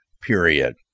period